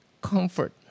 comfort